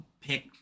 pick